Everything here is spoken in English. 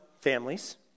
families